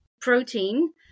protein